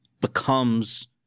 becomes